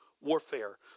warfare